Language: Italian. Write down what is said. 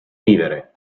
vivere